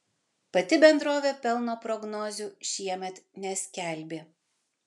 pati bendrovė pelno prognozių šiemet neskelbė